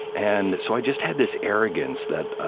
and so i just had this arrogance that